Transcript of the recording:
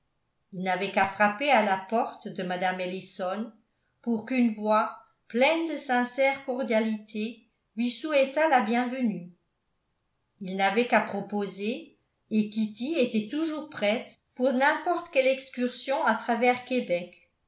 il n'avait qu'à frapper à la porte de mme ellison pour qu'une voix pleine de sincère cordialité lui souhaitât la bienvenue il n'avait qu'à proposer et kitty était toujours prête pour n'importe quelle excursion à travers québec